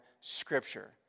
scripture